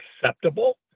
acceptable